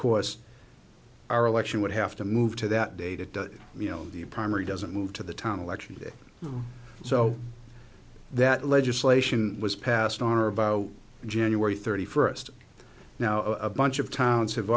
course our election would have to move to that date at that you know the primary doesn't move to the town election day so that legislation was passed on or about january thirty first now a bunch of towns have